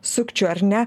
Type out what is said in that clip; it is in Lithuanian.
sukčių ar ne